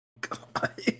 God